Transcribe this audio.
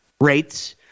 rates